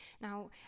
Now